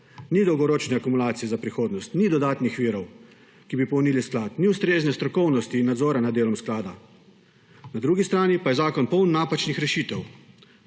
Ni dolgoročne akumulacije za prihodnost, ni dodatnih virov, ki bi polnili sklad, ni ustrezne strokovnosti in nadzora nad delom sklada. Na drugi strani pa je zakon poln napačnih rešitev: